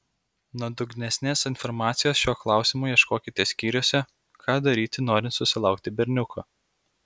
nuodugnesnės informacijos šiuo klausimu ieškokite skyriuose ką daryti norint susilaukti berniuko